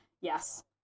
yes